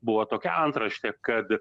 buvo tokia antraštė kad